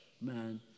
man